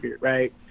Right